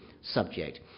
subject